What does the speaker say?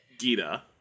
Gita